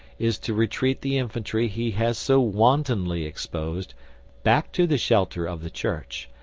is to retreat the infantry he has so wantonly exposed back to the shelter of the church,